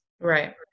right